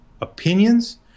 opinions